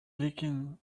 leaking